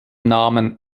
namen